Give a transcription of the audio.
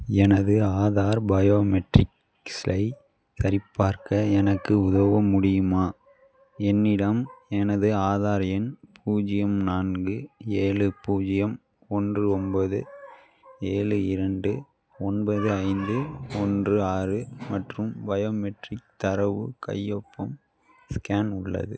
எனது ஆதார் பயோமெட்ரிக்ஸை சரிபார்க்க எனக்கு உதவ முடியுமா என்னிடம் எனது ஆதார் எண் பூஜ்ஜியம் நான்கு ஏழு பூஜ்ஜியம் ஒன்று ஒம்பது ஏழு இரண்டு ஒன்பது ஐந்து ஒன்று ஆறு மற்றும் பயோமெட்ரிக் தரவு கையொப்பம் ஸ்கேன் உள்ளது